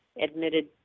admitted